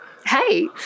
hey